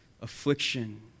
affliction